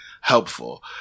helpful